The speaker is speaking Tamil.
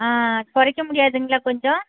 ஆ குறைக்க முடியாதுங்களா கொஞ்சம்